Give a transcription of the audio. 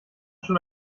schon